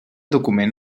document